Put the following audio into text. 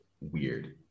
weird